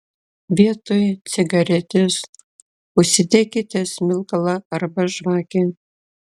vietoj cigaretės užsidekite smilkalą arba žvakę